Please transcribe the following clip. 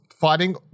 fighting